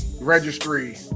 Registry